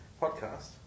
podcast